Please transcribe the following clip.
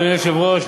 אדוני היושב-ראש,